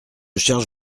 cherche